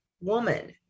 woman